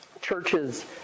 churches